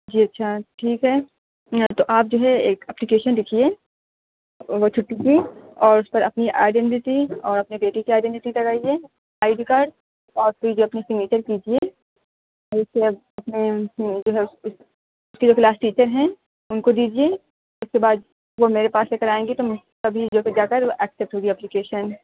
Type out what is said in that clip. جی اچھا ٹھیک ہے آپ جو ہے ایک اپلیکیشن لکھیے وہ چُھٹی کی اور اُس پر اپنی آئیڈینٹیٹی اور اپنے بیٹے کی آئیڈینٹیٹی کروائیے آئی ڈی کارڈ اور پھر جو اپنی سگنیچر کیجیے اور اسے اب اپنے جو ہے اسے اُس کے جو کلاس ٹیچر ہیں اُن کو دیجیے اُس کے بعد وہ میرے پاس لے کر آئیں گے تو تبھی جو کوئی جاتا ہے تو ایکسپٹ ہوگی اپلیکیشن